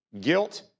guilt